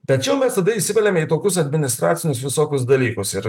tačiau mes tada įsiveliame į tokius administracinius visokius dalykus ir